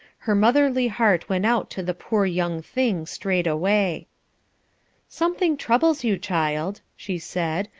her motherly heart went out to the poor young thing straightway. something troubles you, child, she said,